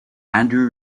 andrew